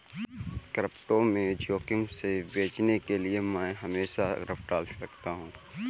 crypto में जोखिम से बचने के लिए मैं हमेशा स्टॉपलॉस लगाता हूं